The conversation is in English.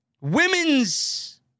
women's